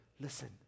listen